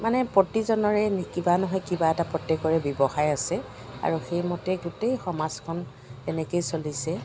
মানে প্ৰতিজনৰে কিবা নহয় কিবা এটা প্ৰত্যেকৰে ব্যৱসায় আছে আৰু সেইমতে গোটেই সমাজখন এনেকেই চলিছে